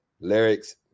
Lyrics